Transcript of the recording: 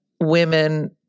women